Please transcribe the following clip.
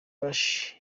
bush